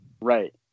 right